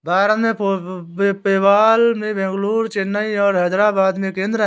भारत में, पेपाल के बेंगलुरु, चेन्नई और हैदराबाद में केंद्र हैं